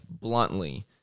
bluntly